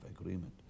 agreement